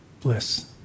bliss